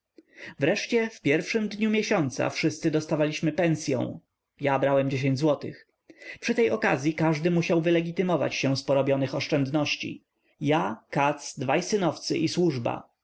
wreszcie w pierwszym dniu miesiąca wszyscy dostawaliśmy pensyą ja brałem dziesięć złotych przy tej okazyi każdy musiał wylegitymować się z porobionych oszczędności ja katz dwaj synowcy i służbasłużba